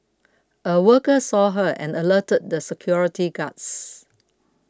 a worker saw her and alerted the security guards